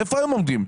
איפה הם עומדים?